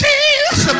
Jesus